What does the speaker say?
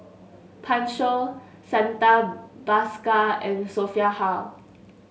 Pan Shou Santha Bhaskar and Sophia Hull